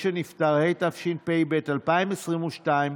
התשפ"ב 2022,